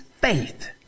faith